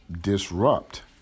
disrupt